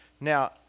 Now